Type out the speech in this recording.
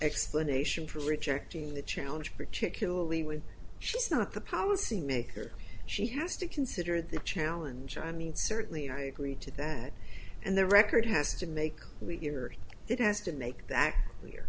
explanation for rejecting the challenge particularly when she's not the policymaker she has to consider the challenge i mean certainly agree to that and the record has to make we hear it has to make that clear